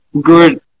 Good